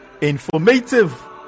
informative